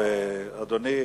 אדוני,